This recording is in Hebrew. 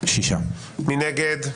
6 נגד,